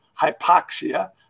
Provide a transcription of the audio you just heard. hypoxia